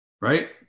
Right